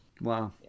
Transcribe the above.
Wow